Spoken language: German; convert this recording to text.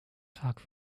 tag